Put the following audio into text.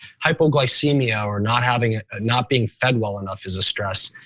hypoglycemia or not having a not being fed well enough is a stress,